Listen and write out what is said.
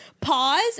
pause